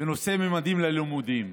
בנושא ממדים ללימודים.